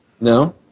No